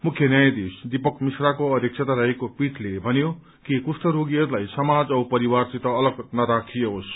मुख्य न्यायाधीश दीपक मिश्राको अध्यक्षता रहेको पीठले भन्यो कि कुष्ठ रोगीहरूलाई समाज औ परिवारसित अलग नराखियोस्